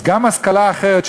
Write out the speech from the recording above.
אז גם השכלה אחרת,